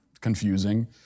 confusing